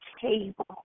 table